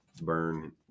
burn